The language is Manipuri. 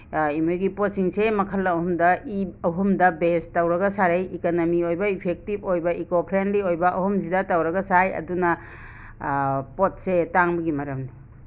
ꯑꯦꯝꯋꯦꯒꯤ ꯄꯣꯠꯁꯤꯡꯁꯦ ꯃꯈꯜ ꯑꯍꯨꯝꯗ ꯏ ꯑꯍꯨꯝꯗ ꯕꯦꯁ ꯇꯧꯔꯒ ꯁꯥꯔꯛꯏ ꯏꯀꯅꯃꯤ ꯑꯣꯏꯕ ꯏꯐꯦꯛꯇꯤꯞ ꯑꯣꯏꯕ ꯏꯀꯣ ꯐ꯭ꯔꯦꯟꯂꯤ ꯑꯣꯏꯕ ꯑꯍꯨꯝꯁꯤꯗ ꯇꯧꯔꯒ ꯁꯥꯏ ꯑꯗꯨꯅ ꯄꯣꯠꯁꯦ ꯇꯥꯡꯕꯒꯤ ꯃꯔꯝꯅꯤ